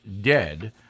dead